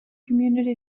community